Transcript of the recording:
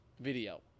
video